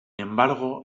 embargo